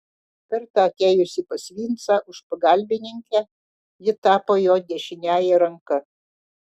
kartą atėjusi pas vincą už pagalbininkę ji tapo jo dešiniąja ranka